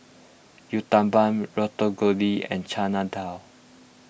Uthapam and Chana Dal